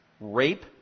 rape